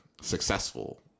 successful